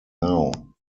now